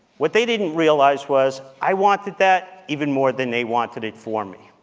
what they didn't realize was i wanted that even more than they wanted it for me,